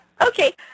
Okay